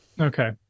Okay